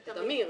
את אמיר.